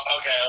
okay